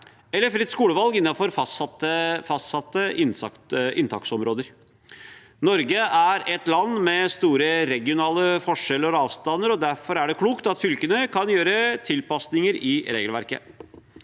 eller fritt skolevalg innenfor fastsatte inntaksområder. Norge er et land med store regionale forskjeller og avstander, og derfor er det klokt at fylkene kan gjøre tilpasninger i regelverket.